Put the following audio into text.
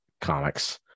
comics